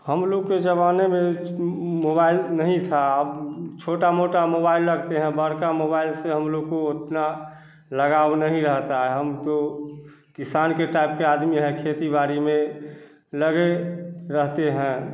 हम लोग के ज़माने में मोबाइल नहीं था अब छोटा मोटा मोबाइल रखते हैं बड़का मोबाइल से हम लोग को उतना लगाओ नहीं रहता है हम तो किसान के टाइप के आदमी है खेती बाड़ी में लगे रहते हैं